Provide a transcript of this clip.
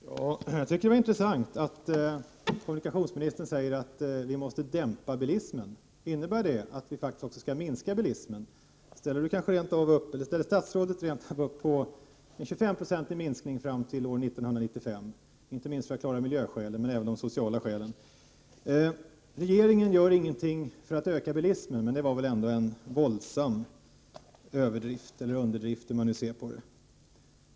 Herr talman! Jag tycker det är intressant att kommunikationsministern säger att vi måste dämpa bilismen. Innebär det att vi faktiskt också skall minska bilismen? Ställer statsrådet rent av upp på en 25-procentig minskning fram till 1995, inte minst av miljöskäl utan också av sociala skäl? Regeringen gör ingenting för att öka bilismen, hävdade kommunikationsministern. Det var väl ändå en våldsam överdrift, eller underdrift beroende på hur man ser det.